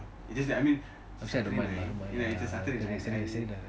it's just that I mean it's a saturday night